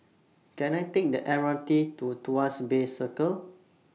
Can I Take The M R T to Tuas Bay Circle